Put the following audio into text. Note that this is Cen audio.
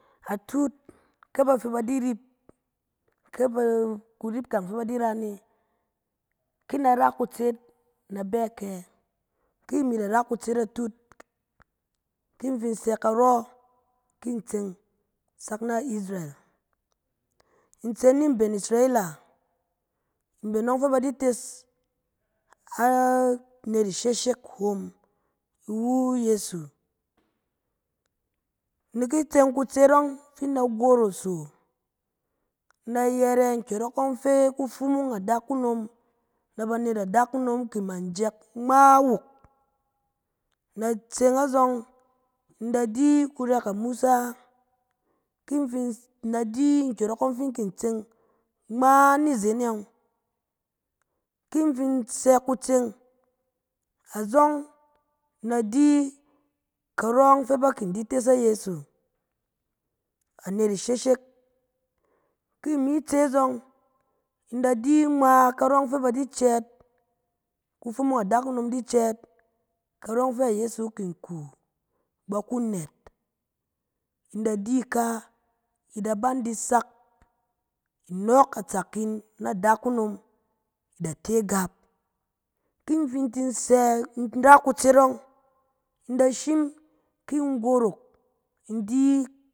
Atuk, ke ba fɛ ba di rip, ke ba, kurip kang fɛ ba di ra ne, ki na ra kutseet, na bɛ kɛ? Ki imi da ra kutseet atut, ki in fi sɛ karɔ, kin in tseng sak na isreal. In tseng ni mben isirela, mben ɔng fɛ ba di tes anet isheshek hom, iwu ayeso, na ki tseng kutseet ɔng fi in da goroso, in da yɛrɛ nkyɔrɔng ɔng fi kufumung adakunom na banet adakunom kinman jɛk ngma wuk. In da tse azɔng, in da di kurɛk amusa, ki in fin, in da di nkyɔrɔng ɔng fin in kin tseng ngma ni zen e yɔng, ki in fin sɛ kutseng azɔng na di karɔ yɔng fɛ ba kin di tes ayeso, anet isheshek. Ki imi tse zɔng na di ngma karɔ yɔng fɛ ba kin di cɛɛt, kufumung adakunom di cɛɛt, karɔ yɔng fɛ adakunom kin kuu, ba ku nɛt, in da di ika, i da ban di sak, inɔɔk atsak yin na adakunom da te agap. Ki in tsin fɛ in sɛ in ra kutseet ɔng, in da shim, ki in gorok, in di